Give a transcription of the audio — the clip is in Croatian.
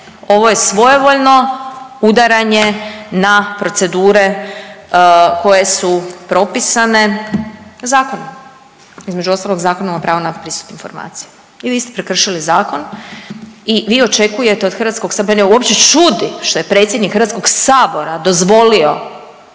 Ovo je svojevoljno udaranje na procedure koje su propisane zakonom. Između ostalog, Zakonom o pravu na pristup informacija i vi ste prekršili zakon i vi očekujete od hrvatskog, .../nerazumljivo/... mene uopće čudi što je predsjednik HS-a dozvolio